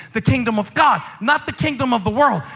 the kingdom of god, not the kingdom of the world.